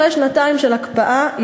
אחרי שנתיים של הקפאה,